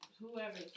whoever